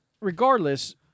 regardless